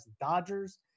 Dodgers